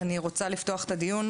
אני רוצה לפתוח את הדיון,